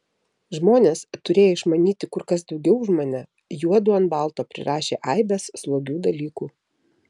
žmonės turėję išmanyti kur kas daugiau už mane juodu ant balto prirašė aibes slogių dalykų